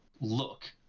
look